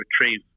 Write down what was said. retrieve